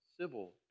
civil